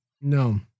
No